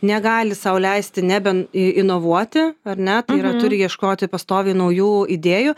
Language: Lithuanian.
negali sau leisti nebeinovuoti ar ne tai yra turi ieškoti pastoviai naujų idėjų